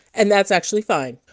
and that's actually fine.